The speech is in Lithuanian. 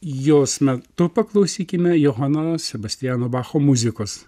jos metu paklausykime johano sebastiano bacho muzikos